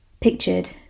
Pictured